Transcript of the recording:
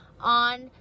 on